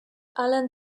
alan